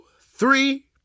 three